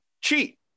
cheat